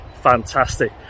Fantastic